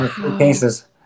cases